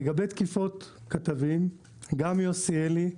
לגבי תקיפות כתבים, גם יוסי אלי,